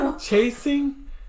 chasing